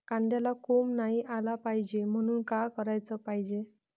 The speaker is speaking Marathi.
कांद्याला कोंब नाई आलं पायजे म्हनून का कराच पायजे?